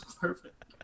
Perfect